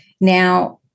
Now